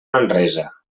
manresa